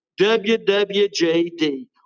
WWJD